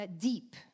deep